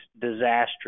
disastrous